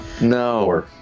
No